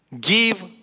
give